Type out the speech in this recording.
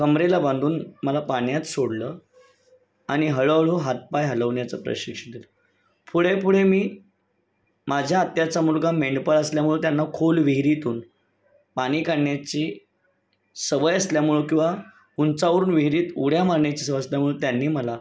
कमरेला बांधून मला पाण्यात सोडलं आणि हळूहळू हातपाय हलवण्याचं प्रशिक्षिण दिलं पुढे पुढे मी माझ्या आत्याचा मुलगा मेंढपाळ असल्यामुळं त्यांना खोल विहिरीतून पाणी काढण्याची सवय असल्यामुळं किंवा उंचावरून विहिरीत उड्या मारण्याची सवय असल्यामुळं त्यांनी मला